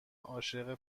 عاشق